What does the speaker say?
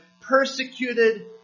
Persecuted